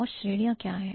और श्रेणियों क्या हैं